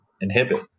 inhibit